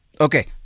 Okay